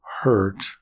hurt